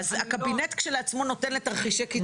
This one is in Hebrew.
הקבינט כשלעצמו נותן את מענה לתרחישי קיצון,